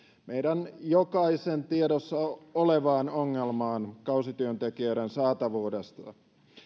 meidän jokaisen tiedossa olevaan ongelmaan kausityöntekijöiden saatavuudesta